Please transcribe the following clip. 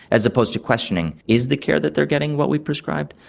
as opposed to questioning is the care that they are getting what we prescribed,